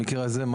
במקרה הזה,